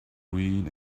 green